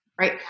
right